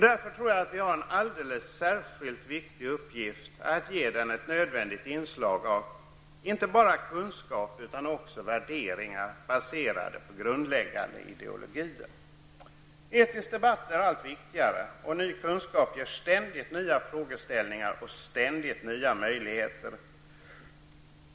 Därför tror jag att vi har en särskilt viktig uppgift att ge debatten ett nödvändigt inslag av inte bara kunskap utan också värderingar baserade på grundläggande ideologier. Den etiska debatten blir allt viktigare, och ny kunskap ger ständigt nya frågeställningar och nya möjligheter.